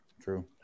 True